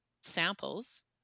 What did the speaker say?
samples